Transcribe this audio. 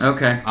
Okay